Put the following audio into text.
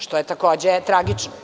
Što je, takođe tragično.